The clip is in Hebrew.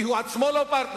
כי הוא עצמו לא פרטנר.